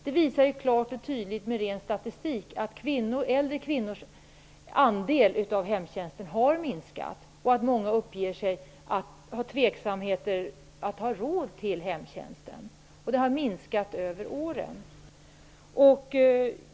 Man visar ju klart och tydligt med ren statistik att äldre kvinnors andel av hemtjänst har minskat. Många anser sig inte ha råd med hemtjänst. Det har minskat över året.